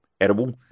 edible